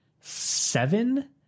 seven